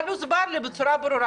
אבל הוסבר לי בצורה ברורה,